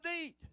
need